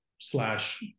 slash